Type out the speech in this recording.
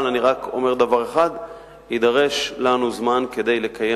ועדת החינוך.